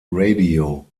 radio